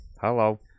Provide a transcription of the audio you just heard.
hello